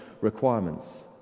requirements